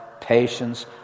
patience